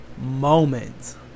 moment